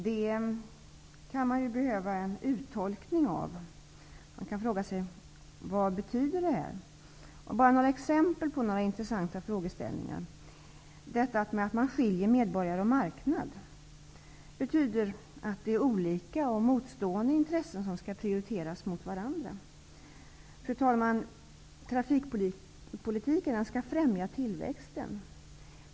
Det här kan ju behöva tolkas. Vad betyder det här? Jag kan ge exempel på några intressanta frågeställningar. Detta att man skiljer på medborgare och marknad betyder att det är olika och motstridiga intressen som skall prioriteras mot varandra. Fru talman! Trafikpolitiken skall främja tillväxten.